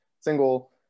single